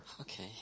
Okay